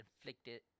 inflicted